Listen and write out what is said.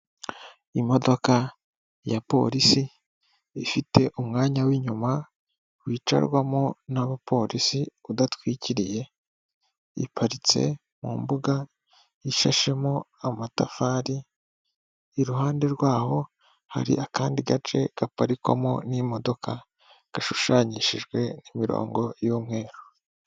Imodoka ya polisi, ifite umwanya w'inyuma wicarwamo n'abapolisi udatwikiriye, iparitse mu mbuga ishashemo amatafari, iruhande rwaho hari akandi gace gaparikwamo n'imodoka, gashushanyishijwe n'imirongo y'umweru.